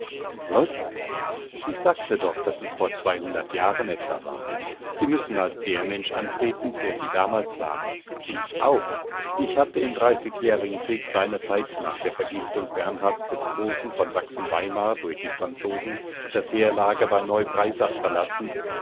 was ich sagte doch daß es vor zweihundert jahren etwa war sie müssen als der mensch antreten der sie damals waren ich auch ich hatte im dreißigjährigen krieg seinerzeit nach der vergiftung bernhards des großen von sachsen-weimar durch die franzosen das heerlager bei neu breisach verlassen